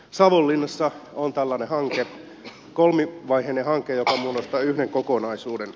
savonlinnassa on tällainen hanke kolmivaiheinen hanke joka muodostaa yhden kokonaisuuden